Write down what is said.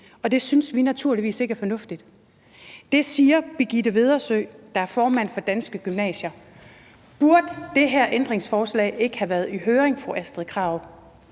og det synes vi naturligvis ikke er fornuftigt. Det siger Birgitte Vedersø, der er formand for Danske Gymnasier. Burde det her ændringsforslag ikke have været i høring, fru Astrid Carøe?